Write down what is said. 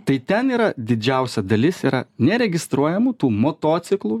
tai ten yra didžiausia dalis yra neregistruojamų tų motociklų